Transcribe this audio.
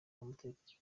n’umutekano